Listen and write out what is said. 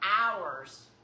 hours